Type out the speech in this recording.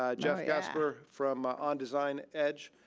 ah jeff gasper from ondesign edge,